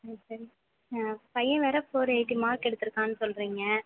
சரி சரி பையன் வேறு ஃபோர் எயிட்டி மார்க் எடுத்துயிருக்கான்னு சொல்கிறீங்க